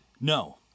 No